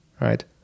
right